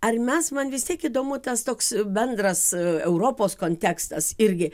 ar mes man vis tiek įdomu tas toks bendras europos kontekstas irgi